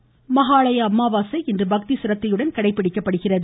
மகாளய அமாவாசை மகாளய அமாவாசை இன்று பக்தி சிரத்தையுடன் கடைபிடிக்கப்படுகிறது